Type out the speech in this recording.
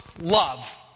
love